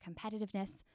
competitiveness